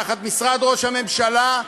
תחת משרד ראש הממשלה,